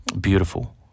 Beautiful